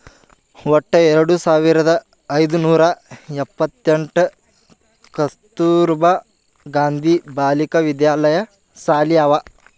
ವಟ್ಟ ಎರಡು ಸಾವಿರದ ಐಯ್ದ ನೂರಾ ಎಪ್ಪತ್ತೆಂಟ್ ಕಸ್ತೂರ್ಬಾ ಗಾಂಧಿ ಬಾಲಿಕಾ ವಿದ್ಯಾಲಯ ಸಾಲಿ ಅವಾ